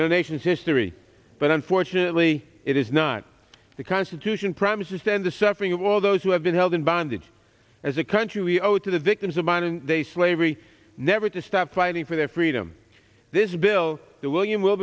the nation's history but unfortunately it is not the constitution promises to end the suffering of all those who have been held in bondage as a country we owe to the victims of mind and they slavery never to stop fighting for their freedom this bill that william wil